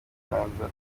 ikiganza